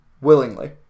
willingly